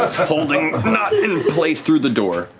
holding nott in place through the door.